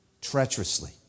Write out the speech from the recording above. treacherously